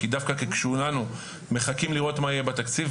כי דווקא כשכולנו מחכים לראות מה יהיה בתקציב,